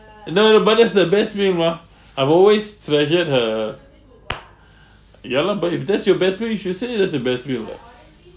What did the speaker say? no no but that's the best meal mah I've always treasured her ya loh but if that's your best meal you should say it that's your best meal [what]